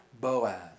Boaz